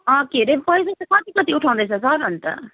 अँ के अरे पैसा चाहिँ कति कति उठाउँदैछ सर अन्त